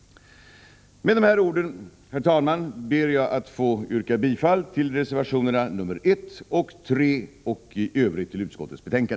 Med dessa ord, herr talman, ber jag att få yrka bifall till reservationerna 1 och 3 och i övrigt till utskottets hemställan.